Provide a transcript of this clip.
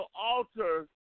alter